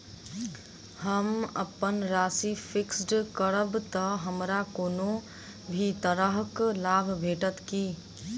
हम अप्पन राशि फिक्स्ड करब तऽ हमरा कोनो भी तरहक लाभ भेटत की?